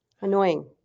annoying